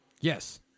Yes